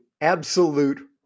absolute